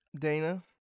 Dana